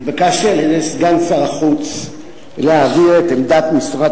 התבקשתי על-ידי סגן שר החוץ להעביר את עמדת משרד